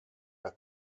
las